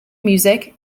music